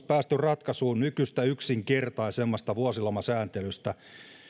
päässeet ratkaisuun nykyistä yksinkertaisemmasta vuosilomasääntelystä